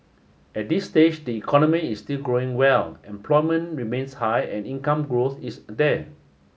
at this stage the economy is still growing well employment remains high and income growth is there